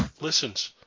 listens